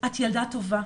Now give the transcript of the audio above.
את ילדה טובה.